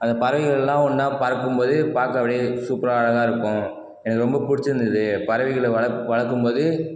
அந்த பறவைகள் எல்லாம் ஒன்றா பறக்கும்போது பார்க்க அப்படியே சூப்பரா அழகாக இருக்கும் எனக்கு ரொம்ப பிடிச்சிருந்துது பறவைகளை வளக் வளர்க்கும்போது